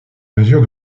mesure